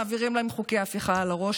ומעבירים להם חוקי הפיכה על הראש,